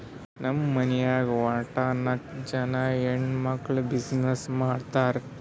ನಮ್ ಮನ್ಯಾಗ್ ವಟ್ಟ ನಾಕ್ ಜನಾ ಹೆಣ್ಮಕ್ಕುಳ್ ಬಿಸಿನ್ನೆಸ್ ಮಾಡ್ತಾರ್